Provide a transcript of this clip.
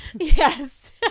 Yes